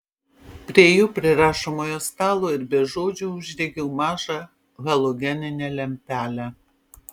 priėjau prie rašomojo stalo ir be žodžių uždegiau mažą halogeninę lempelę